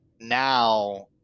now